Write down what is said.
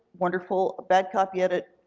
wonderful. a bad copy edit,